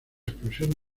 explosión